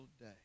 day